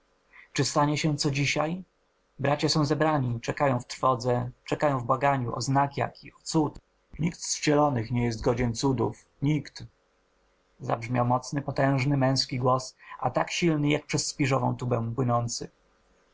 czy stanie się co dzisiaj bracia są zebrani czekają w trwodze czekają w błaganiu o znak jaki o cud nikt z wcielonych nie jest godzien cudów nikt zabrzmiał mocny potężny męski głos a tak silny jak przez śpiżową tubę płynący